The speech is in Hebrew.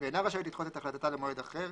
ואינה רשאית לדחות את החלטתה למועד אחר,